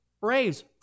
Braves